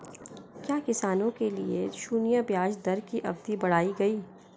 क्या किसानों के लिए शून्य ब्याज दर की अवधि बढ़ाई गई?